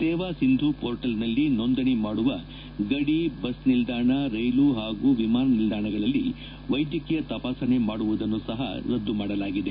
ಸೇವಾ ಸಿಂಧು ಮೋರ್ಟಲ್ನಲ್ಲಿ ನೋಂದಣಿ ಮಾಡುವ ಗಡಿಗಳು ಬಸ್ ನಿಲ್ಲಾಣಗಳು ರೈಲು ಹಾಗೂ ವಿಮಾನ ನಿಲ್ದಾಣಗಳಲ್ಲಿ ವೈದ್ಯಕೀಯ ತಪಾಸಣೆ ಮಾಡುವುದನ್ನು ಸಹ ರದ್ದು ಮಾಡಲಾಗಿದೆ